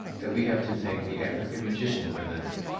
that we have to thank the african magician for this!